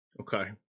Okay